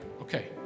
Okay